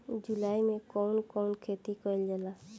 जुलाई मे कउन कउन खेती कईल जाला?